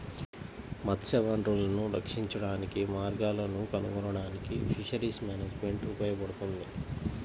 మత్స్య వనరులను రక్షించడానికి మార్గాలను కనుగొనడానికి ఫిషరీస్ మేనేజ్మెంట్ ఉపయోగపడుతుంది